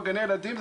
בגני הילדים,